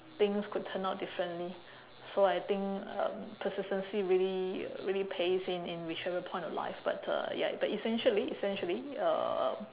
things could turn out differently so I think um persistency really really pays in in whichever point of life but uh ya but essentially essentially uh